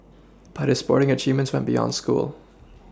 but his sporting achievements went beyond school